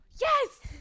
Yes